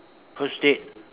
first date